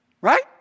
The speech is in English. Right